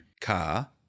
car